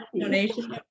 donation